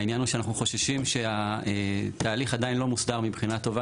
העניין הוא שאנחנו חוששים שהתהליך עדיין לא מוסדר בצורה טובה